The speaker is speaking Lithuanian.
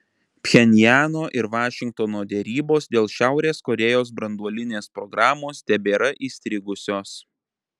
pchenjano ir vašingtono derybos dėl šiaurės korėjos branduolinės programos tebėra įstrigusios